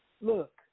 Look